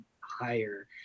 higher